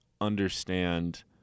understand –